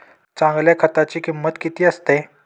चांगल्या खताची किंमत किती असते?